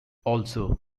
also